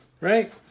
Right